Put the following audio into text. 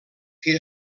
que